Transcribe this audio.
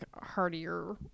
heartier